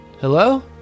hello